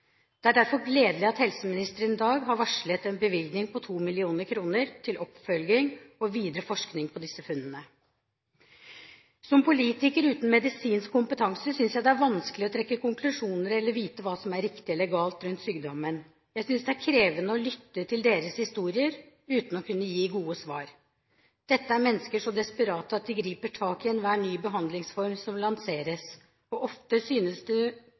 Det er derfor gledelig at helseministeren i dag har varslet en bevilgning på 2 mill. kr til oppfølging og videre forskning på disse funnene. Som politiker uten medisinsk kompetanse synes jeg det er vanskelig å trekke konklusjoner eller vite hva som er riktig eller galt rundt sykdommen. Jeg synes det er krevende å lytte til historier uten å kunne gi gode svar. Dette er mennesker så desperate at de griper tak i enhver ny behandlingsform som lanseres. Ofte synes det